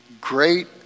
great